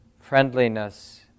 friendliness